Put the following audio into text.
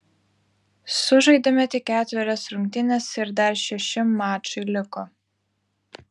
sužaidėme tik ketverias rungtynes ir dar šeši mačai liko